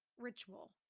ritual